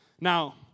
Now